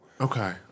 Okay